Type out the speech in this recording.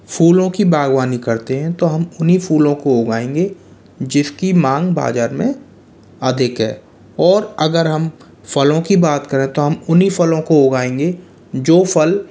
फूलों की बागवानी करते हैं तो हम उन्हीं फूलों को उगाएंगे जिसकी मांग बाजार में अधिक है और अगर हम फलों की बात करते हैं तो हम उन्हीं फलों को उगाएंगे जो फल